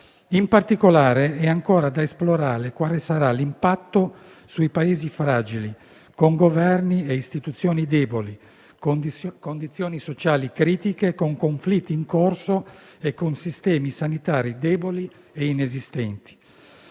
In particolare, è ancora da esplorare quale sarà l'impatto sui Paesi fragili, con Governi e istituzioni deboli, con condizioni sociali critiche, con conflitti in corso e con sistemi sanitari deboli o inesistenti.